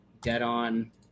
dead-on